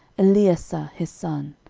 eleasah his son,